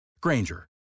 Granger